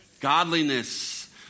godliness